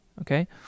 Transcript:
okay